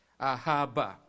ahaba